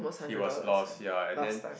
he was lost ya and then